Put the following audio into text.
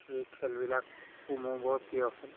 সেই খেলবিলাকো মোৰ বৰ প্ৰিয় খেল